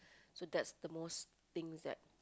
so that's the most things that